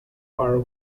are